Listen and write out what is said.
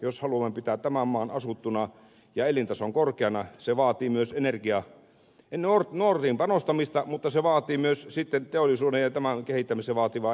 jos haluamme pitää tämän maan asuttuna ja elintason korkeana se vaatii myös nuoriin panostamista mutta se vaatii myös sitten teollisuuden ja sen kehittämisessä tarvittavaa energiaa